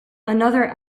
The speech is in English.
another